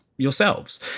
yourselves